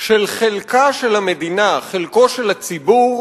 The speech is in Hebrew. בחלקה של המדינה, חלקו של הציבור,